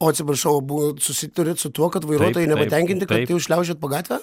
o atsiprašau buvo susiduriat su tuo kad vairuotojai nepatenkinti kas jūs šliaužiojat po gatvę